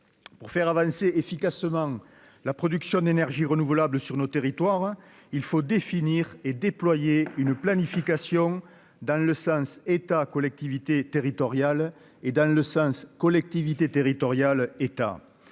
pour faire avancer efficacement la production d'énergie renouvelable sur nos territoires, hein, il faut définir et déployer une planification dans le sens, État, collectivités territoriales et dans le sens, collectivités territoriales, État,